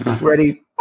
ready